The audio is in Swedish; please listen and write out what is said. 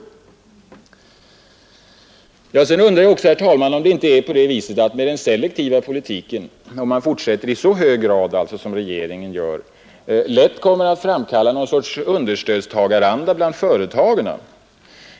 Vidare undrar jag om inte den selektiva politiken, om man tillämpar den i så hög grad som regeringen gör, lätt framkallar en understödstagaranda bland företagarna.